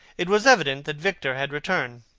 it was evident that victor had returned.